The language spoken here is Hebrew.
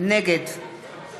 נגד